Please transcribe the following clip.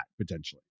potentially